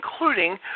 including